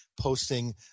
posting